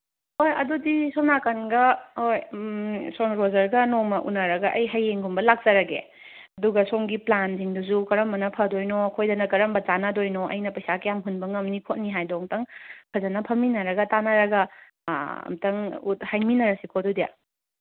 ꯍꯣꯏ ꯑꯗꯨꯗꯤ ꯁꯣꯝ ꯅꯥꯀꯟꯒ ꯍꯣꯏ ꯁꯣꯝ ꯔꯣꯖꯔꯒ ꯅꯣꯡꯃ ꯎꯅꯔꯒ ꯑꯩ ꯍꯌꯦꯡꯒꯨꯝꯕ ꯂꯥꯛꯆꯔꯒꯦ ꯑꯗꯨꯒ ꯁꯣꯝꯒꯤ ꯄ꯭ꯂꯥꯟꯁꯤꯡꯗꯨꯁꯨ ꯀꯔꯝꯕꯅ ꯐꯗꯣꯏꯅꯣ ꯑꯩꯈꯣꯏꯗꯅ ꯀꯔꯝꯕ ꯆꯥꯅꯗꯣꯏꯅꯣ ꯑꯩꯅ ꯄꯩꯁꯥ ꯀꯌꯥꯝ ꯍꯨꯟꯕ ꯉꯝꯅꯤ ꯈꯣꯠꯅꯤꯗꯣ ꯑꯝꯇꯪ ꯐꯖꯅ ꯐꯝꯃꯤꯟꯅꯔꯒ ꯇꯥꯅꯔꯒ ꯑꯝꯇꯪ ꯍꯥꯏꯃꯤꯟꯅꯔꯁꯤꯀꯣ ꯑꯗꯨꯗꯤ